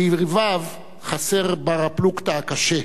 ליריביו חסר בר-הפלוגתא הקשה,